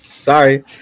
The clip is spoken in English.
Sorry